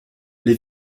les